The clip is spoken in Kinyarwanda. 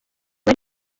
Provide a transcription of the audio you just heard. ari